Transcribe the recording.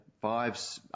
five